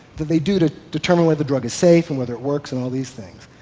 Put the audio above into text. that they do to determine whether the drug is safe and whether it works and all these things.